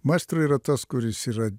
maestro yra tas kuris yra